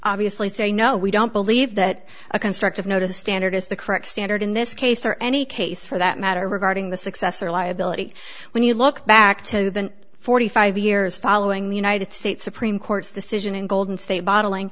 obviously say no we don't believe that a constructive notice standard is the correct standard in this case or any case for that matter regarding the successor liability when you look back to the forty five years following the united states supreme court's decision in golden state bottling